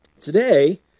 today